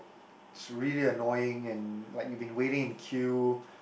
it's really annoying and like you been waiting in queue